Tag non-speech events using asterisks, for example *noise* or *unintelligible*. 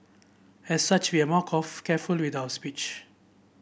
as such we are more *unintelligible* careful with our speech